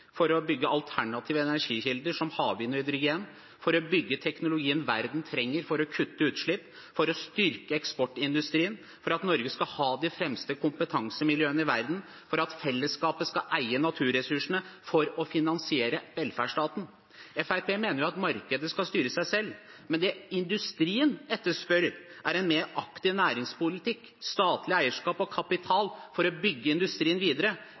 for å bygge alternative energikilder som havvind og hydrogen, for å bygge teknologien verden trenger for å kutte utslipp, for å styrke eksportindustrien, for at Norge skal ha de fremste kompetansemiljøene i verden, og for at fellesskapet skal eie naturressursene for å finansiere velferdsstaten. Fremskrittspartiet mener at markedet skal styre seg selv. Men det industrien etterspør, er en mer aktiv næringspolitikk, statlig eierskap og kapital, for å bygge industrien videre.